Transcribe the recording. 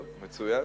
מצוין.